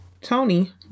Tony